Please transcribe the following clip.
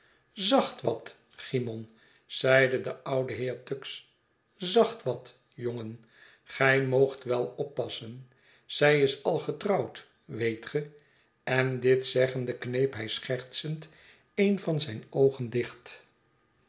zacht wat cymon zeide de oude heer tuggs zacht wat jongen i gij moogt wel oppassen zij is al getrouwd weet ge en dit zeggende kneep hij schertsend een van zijne oogen dicht